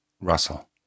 Russell